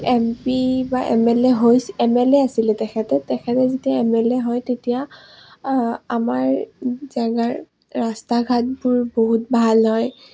M P বা M L A হৈ M L A আছিলে তেখেতে তেখেতে যেতিয়া এম এল এ হয় তেতিয়া আমাৰ জেগাৰ ৰাস্তা ঘাটবোৰ বহুত ভাল হয়